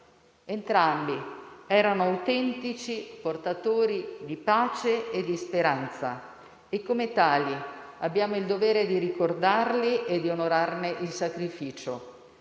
Entrambi erano autentici portatori di pace e di speranza e, come tali, abbiamo il dovere di ricordarli e di onorarne il sacrificio,